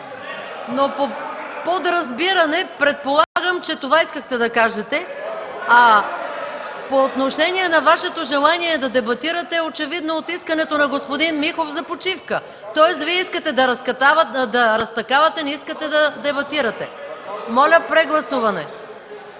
по подразбиране предполагам, че това искахте да кажете. По отношение на Вашето желание да дебатирате, очевидно е от искането на господин Михов за почивката. Тоест, Вие искате да разтакавате, не искате да дебатирате. Колеги, прегласуваме